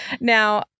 Now